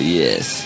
yes